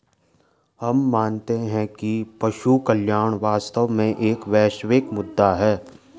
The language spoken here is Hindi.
हम मानते हैं कि पशु कल्याण वास्तव में एक वैश्विक मुद्दा है